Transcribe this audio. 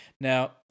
Now